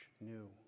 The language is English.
new